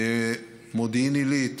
במודיעין עילית